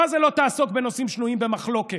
מה זה "לא תעסוק בנושאים שנויים במחלוקת"?